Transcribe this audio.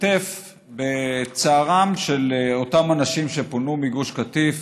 בלהשתתף בצערם של אותם אנשים שפונו מגוש קטיף.